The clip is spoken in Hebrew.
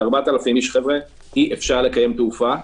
ב-4,000 איש אי אפשר לקיים תעופה,